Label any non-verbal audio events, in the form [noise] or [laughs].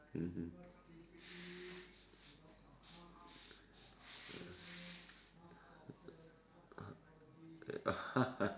[laughs]